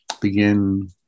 begin